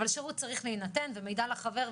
אבל שירות צריך להינתן ומידע לחבר,